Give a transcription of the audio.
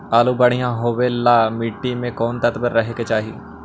आलु बढ़िया होबे ल मट्टी में कोन तत्त्व रहे के चाही?